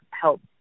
help